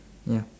ya